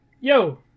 yo